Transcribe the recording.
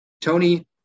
Tony